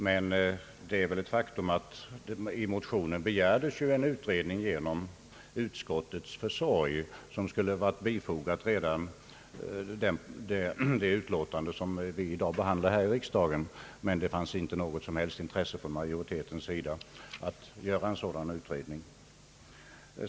Men det är väl ett faktum att det i motionen begärts en utredning genom utskottets försorg som redan skulle ha varit bifogad det utlåtande vi i dag behandlar i riksdagen. Det fanns emellertid inte något intresse från majoritetens sida att göra en sådan utredning.